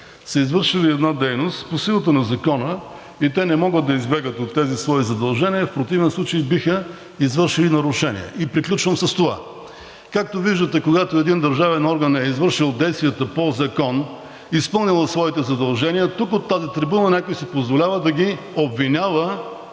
са извършили една дейност по силата на закона и те не могат да избягат от тези свои задължения, в противен случай биха извършили нарушение. И приключвам с това, както виждате, когато един държавен орган е извършил действията по закон, изпълнил е своите задължения, тук, от тази трибуна, някой си позволява да ги обвинява